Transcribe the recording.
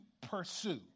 pursue